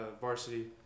varsity